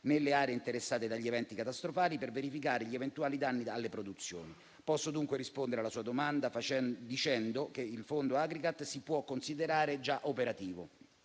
nelle aree interessate dagli eventi catastrofali per verificare gli eventuali danni alle produzioni. Posso dunque rispondere alla sua domanda dicendo che il fondo Agricat si può considerare già operativo.